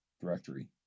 directory